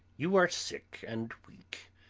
you are sick and weak,